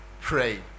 pray